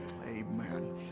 amen